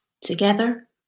Together